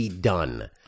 done